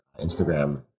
Instagram